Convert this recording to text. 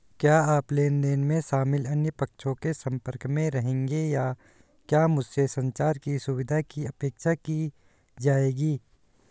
क्या आप लेन देन में शामिल अन्य पक्षों के संपर्क में रहेंगे या क्या मुझसे संचार की सुविधा की अपेक्षा की जाएगी?